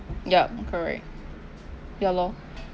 yup correct ya lor